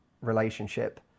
relationship